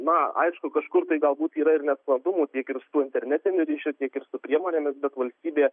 na aišku kažkur tai galbūt yra ir nesklandumų tiek ir su internetiniu ryšiu tiek ir su priemonėmis bet valstybė